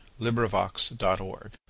LibriVox.org